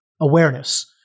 awareness